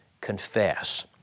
confess